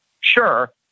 Sure